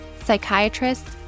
psychiatrists